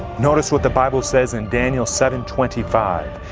notice what the bible says in daniel seven twenty five,